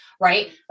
Right